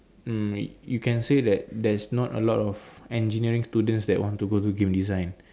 mm you can say that there's not a lot of engineering students that want to go to game design